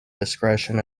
discretion